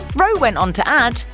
rowe went on to add,